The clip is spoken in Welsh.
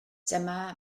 dyma